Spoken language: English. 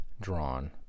drawn